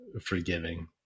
forgiving